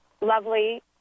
lovely